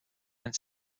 and